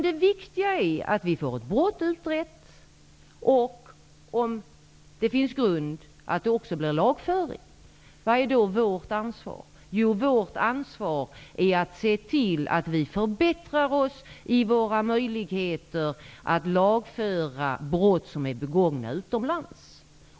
Det viktiga är att vi får ett brott utrett och, om det finns grund, att det också blir lagföring. Vad är då vårt ansvar? Jo, vårt ansvar är att se till vi förbättrar våra möjligheter att lagföra brott som är begångna utomlands.